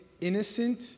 Innocent